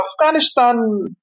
Afghanistan